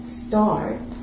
start